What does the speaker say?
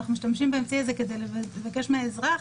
אנחנו משתמשים באמצעי הזה כדי לבקש מהאזרח